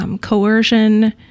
coercion